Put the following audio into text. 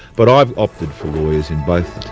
but i've opted for lawyers in both